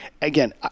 again